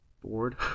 bored